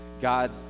God